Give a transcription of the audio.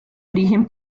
origen